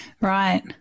Right